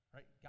Right